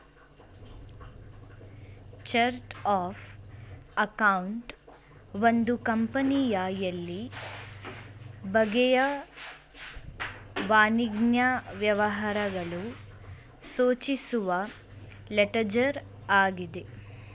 chart of account ಒಂದು ಕಂಪನಿಯ ಎಲ್ಲ ಬಗೆಯ ವಾಣಿಜ್ಯ ವ್ಯವಹಾರಗಳು ಸೂಚಿಸುವ ಲೆಡ್ಜರ್ ಆಗಿದೆ